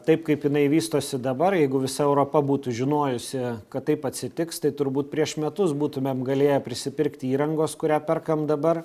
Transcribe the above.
taip kaip jinai vystosi dabar jeigu visa europa būtų žinojusi kad taip atsitiks tai turbūt prieš metus būtumėm galėję prisipirkti įrangos kurią perkam dabar